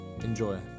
Enjoy